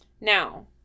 Now